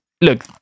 look